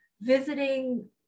Visiting